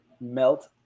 melt